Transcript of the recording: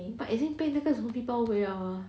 but 已经被那个 zombie 保卫 liao ah